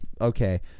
okay